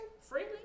Freely